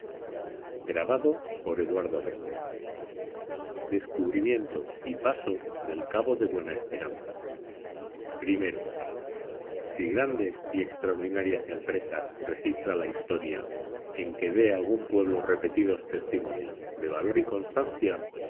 el sayo madrid i si grandes y extraordinarias empresas registra la historia en que dé algún pueblo repetidos testimonios de valor y constancia